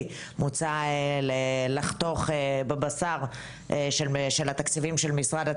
מוצע לחתוך בבשר של תקציבי משרד התיירות,